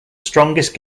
strongest